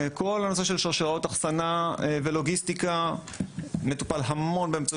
כל הנושא של שרשראות אחסנה ולוגיסטיקה מטופל המון באמצעות